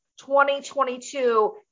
2022